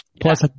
Plus